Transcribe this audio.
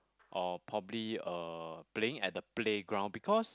or probably uh playing at the playground because